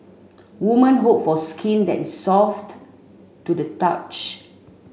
women hope for skin that is soft to the touch